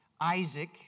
Isaac